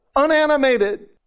unanimated